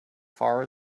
far